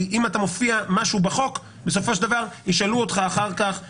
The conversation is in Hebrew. כי אם אתה מופיע משהו בחוק בסופו של דבר ישאלו אותך כשהרגולציה